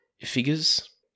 figures